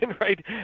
right